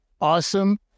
awesome